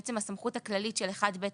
בעצם הסמכות הכללית של 1ב,